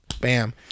Bam